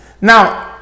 now